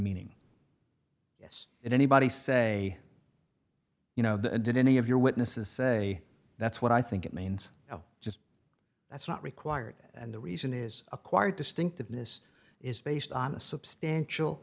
meaning is it anybody say you know did any of your witnesses say that's what i think it means just that's not required and the reason is acquired distinctiveness is based on a substantial